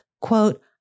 quote